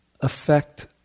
affect